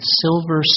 silver